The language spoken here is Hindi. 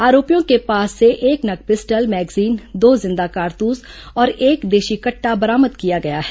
आरोपियों के पास से एक नग पिस्टल मैग्जीन दो जिंदा कारतूस और एक देशी कट्टा बरामद किया गया है